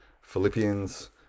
Philippians